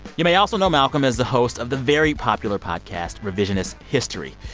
you may also know malcolm as the host of the very popular podcast revisionist history.